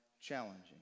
challenging